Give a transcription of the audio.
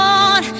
on